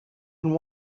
and